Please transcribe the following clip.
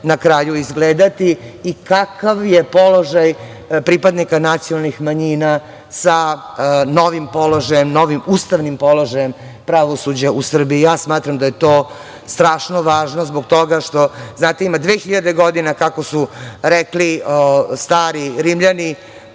na kraju izgledati i kakav je položaj pripadnika nacionalnih manjina sa novim položajem, novim ustavnim položajem pravosuđa u Srbiji. Ja smatram da je to strašno važno zbog toga što, znate ima 2.000 godina kako su rekli stari Rimljani